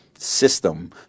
system